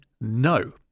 No